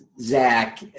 Zach